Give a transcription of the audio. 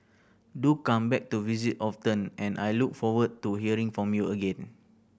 do come back to visit often and I look forward to hearing from you again